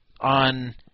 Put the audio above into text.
on